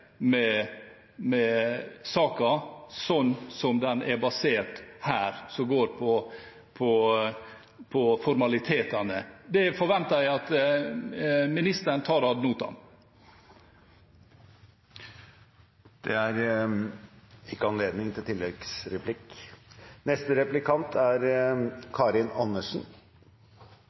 med saken sånn som den er basert her, med det som går på formalitetene. Det forventer jeg at ministeren tar ad notam. I nok en sak er